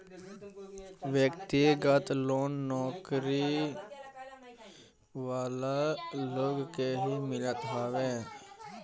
व्यक्तिगत लोन नौकरी वाला लोग के ही मिलत हवे